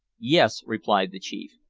yes, replied the chief,